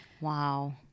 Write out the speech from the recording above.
wow